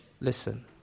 Listen